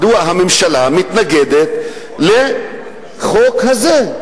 מדוע הממשלה מתנגדת לחוק הזה?